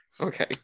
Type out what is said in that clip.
Okay